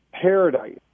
paradise